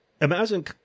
imagine